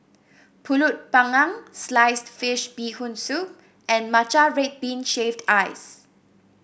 pulut panggang Sliced Fish Bee Hoon Soup and Matcha Red Bean Shaved Ice